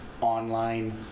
online